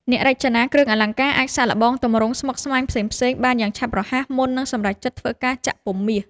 អ្នករចនាគ្រឿងអលង្ការអាចសាកល្បងទម្រង់ស្មុគស្មាញផ្សេងៗបានយ៉ាងឆាប់រហ័សមុននឹងសម្រេចចិត្តធ្វើការចាក់ពុម្ពមាស។